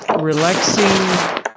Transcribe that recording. relaxing